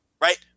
right